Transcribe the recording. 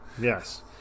Yes